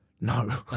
No